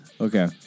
Okay